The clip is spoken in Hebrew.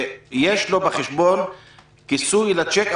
ויש לו בחשבון כיסוי לצ'ק,